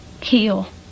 heal